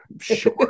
sure